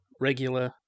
regular